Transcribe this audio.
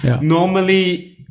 normally